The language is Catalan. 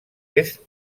est